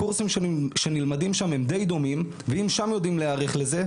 הקורסים שנלמדים שם הם די דומים ואם שם יודעים להיערך לזה,